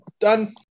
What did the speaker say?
done